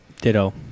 Ditto